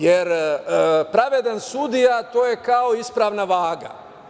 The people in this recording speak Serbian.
Jer pravedan sudija, to je kao ispravna vaga.